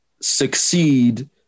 succeed